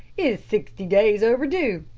is sixty days overdue.